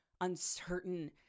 uncertain